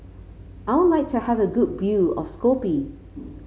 I would like to have a good view of Skopje